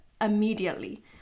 immediately